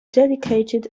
dedicated